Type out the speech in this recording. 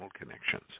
connections